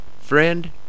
friend